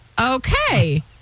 Okay